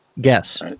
Guess